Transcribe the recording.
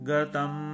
Gatam